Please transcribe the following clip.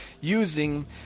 using